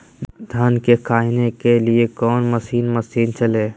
धन को कायने के लिए कौन मसीन मशीन चले?